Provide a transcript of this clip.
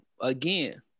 again